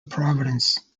province